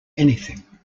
anything